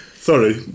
Sorry